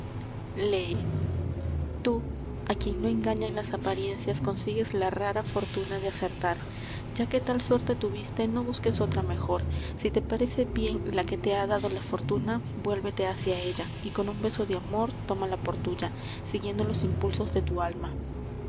tú á quien no engañan las apariencias consigues la rara fortuna de acertar ya que tal suerte tuviste no busques otra mejor si te parece bien la que te ha dado la fortuna vuélvete hácia ella y con un beso de amor tómala por tuya siguiendo los impulsos de tu alma